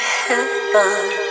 heaven